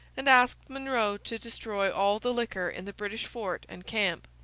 and asked monro to destroy all the liquor in the british fort and camp.